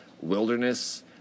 Wilderness